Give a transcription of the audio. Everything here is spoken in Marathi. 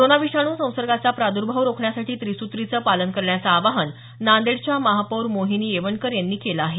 कोरोना विषाणू संसर्गाचा प्रादुर्भाव रोखण्यासाठी त्रिसूत्रीचं पालन करण्याचं आवाहन नांदेडच्या महापौर मोहिनी येवणकर यांनी केलं आहे